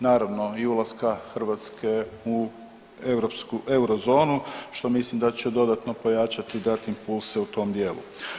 Naravno i ulaska Hrvatske u europsku, Eurozonu, što mislim da će dodatno pojačati i dati impulse u tom dijelu.